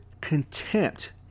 contempt